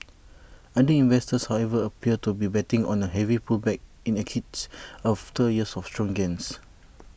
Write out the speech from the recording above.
other investors however appear to be betting on A heavy pullback in equities after years of strong gains